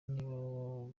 nibo